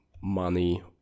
money